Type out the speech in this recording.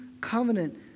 covenant